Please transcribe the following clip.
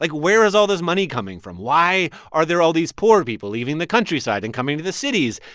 like where is all this money coming from? why are there all these poor people leaving the countryside and coming to the cities?